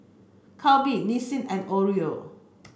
Calbee Nissin and Oreo